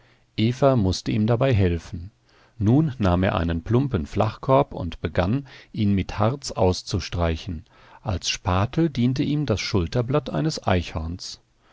eva mußte ihm dabei helfen nun nahm er einen plumpen flachkorb und begann ihn mit harz auszustreichen als spatel diente ihm das schulterblatt eines eichhorns